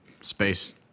space